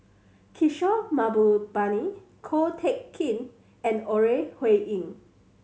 Kishore Mahbubani Ko Teck Kin and Ore Huiying